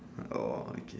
oh okay